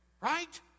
Right